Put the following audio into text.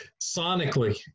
sonically